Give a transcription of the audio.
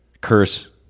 curse